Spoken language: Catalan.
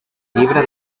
llibre